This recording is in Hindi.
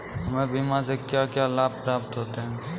हमें बीमा से क्या क्या लाभ प्राप्त होते हैं?